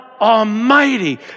Almighty